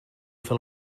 fer